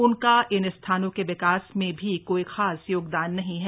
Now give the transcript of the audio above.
उनका इन स्थानों के विकास में भी कोई ख़ास योगदान नहीं हैं